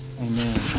Amen